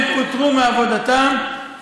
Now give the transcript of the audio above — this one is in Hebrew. הם פוטרו מעבודתם,